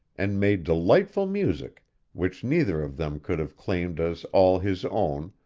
and made delightful music which neither of them could have claimed as all his own,